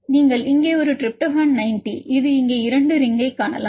நீங்கள் இங்கே ஒரு டிரிப்டோபான் 90 இது இங்கே இரண்டு ரிங் ஐக் காணலாம